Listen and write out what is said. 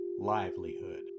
livelihood